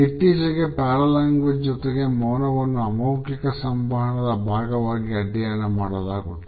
ಇತ್ತೀಚೆಗೆ ಪ್ಯಾರಾಲ್ಯಾಂಗ್ವೇಜ್ ಜೊತೆಗೆ ಮೌನವನ್ನು ಅಮೌಖಿಕ ಸಂವಹನದ ಭಾಗವಾಗಿ ಅಧ್ಯಯನ ಮಾಡಲಾಗುತ್ತಿದೆ